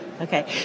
Okay